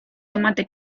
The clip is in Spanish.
tomate